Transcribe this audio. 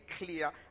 clear